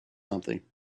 something